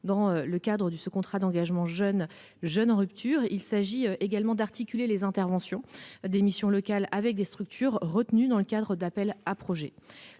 dans le cadre du ce contrat d'engagement jeune jeune en rupture, il s'agit également d'articuler les interventions des missions locales avec des structures retenues dans le cadre d'appels à projets